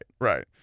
right